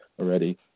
already